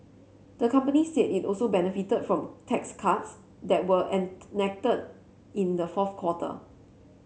the company said it also benefited from tax cuts that were enacted in the fourth quarter